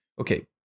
Okay